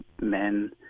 men